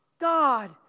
God